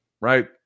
right